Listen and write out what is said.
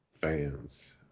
fans